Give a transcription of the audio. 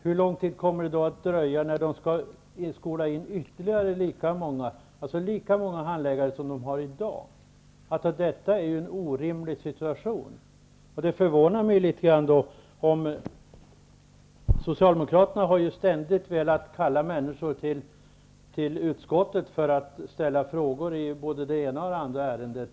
Hur lång tid kommer det då att ta att skola in ytterligare lika många handläggare som man har i dag? Detta är en orimlig situation. Socialdemokraterna har ju ständigt velat kalla människor till utskottet för att få ställa frågor till dem om både det ena och det andra ärendet.